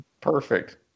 Perfect